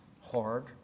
hard